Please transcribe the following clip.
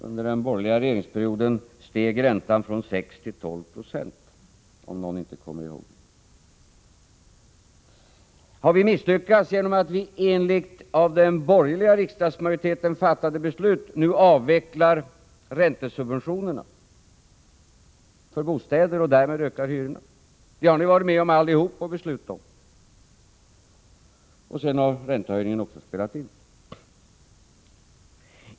Under den borgerliga regeringsperioden steg räntan från 6 96 till 12 76 — om nu någon inte kommer ihåg detta. Har vi misslyckats genom att vi enligt av den borgerliga riksdagsmajoriteten fattade beslut nu avvecklar räntesubventionerna för bostäder och därmed ökar hyrorna? Det har ni allihop varit med om att besluta om, och sedan har räntehöjningen också spelat in.